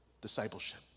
Discipleship